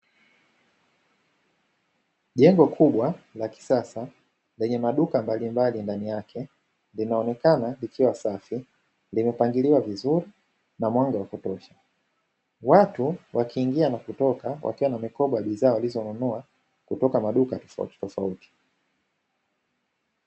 Jengo kubwa la kisasa lenye maduka mbalimbali ndani yake linaonekana likiwa safi, limepangiliwa vizuri na mwanga wa kutosha. Watu wakiingia na kutoka, wakiwa na mikoba ya bidhaa walizonunua kutoka maduka tofauti tofauti.